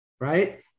Right